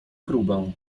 próbę